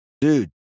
dude